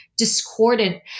Discordant